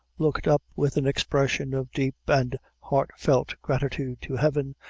looked up with an expression of deep and heartfelt gratitude to heaven,